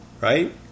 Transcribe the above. Right